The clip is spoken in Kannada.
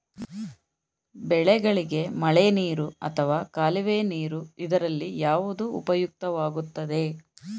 ಬೆಳೆಗಳಿಗೆ ಮಳೆನೀರು ಅಥವಾ ಕಾಲುವೆ ನೀರು ಇದರಲ್ಲಿ ಯಾವುದು ಉಪಯುಕ್ತವಾಗುತ್ತದೆ?